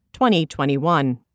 2021